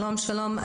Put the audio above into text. שלום.